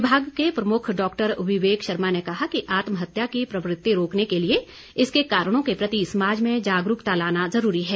विभाग के प्रमुख डॉक्टर विवेक शर्मा ने कहा कि आत्महत्या की प्रवृत्ति रोकने के लिए इसके कारणों के प्रति समाज में जागरूकता लाना जरूरी है